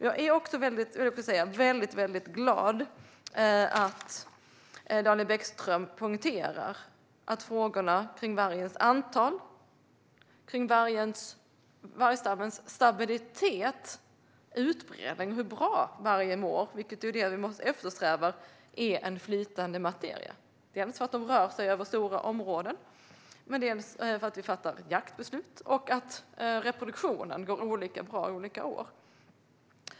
Jag är väldigt glad att Daniel Bäckström poängterar att frågorna om vargens antal, om vargstammens stabilitet och utbredning och om hur bra vargen mår - vilket ju är det vi måste eftersträva att veta - är flytande materia. Detta beror på att vargarna rör sig över stora områden, på att vi fattar jaktbeslut och på att reproduktionen går olika bra olika år.